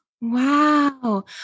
Wow